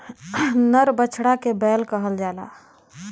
नर बछड़ा के बैल कहल जाला